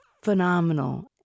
phenomenal